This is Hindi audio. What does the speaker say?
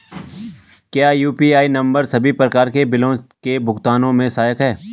क्या यु.पी.आई नम्बर सभी प्रकार के बिलों के भुगतान में सहायक हैं?